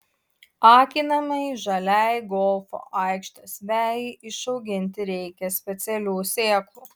akinamai žaliai golfo aikštės vejai išauginti reikia specialių sėklų